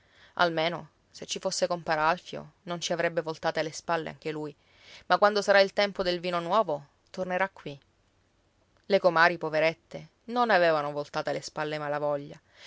almeno se ci fosse compar alfio non ci avrebbe voltate le spalle anche lui ma quando sarà il tempo del vino nuovo tornerà qui le comari poverette non avevano voltate le spalle ai malavoglia